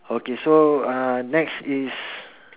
okay so uh next is